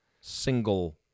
single